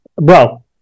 Bro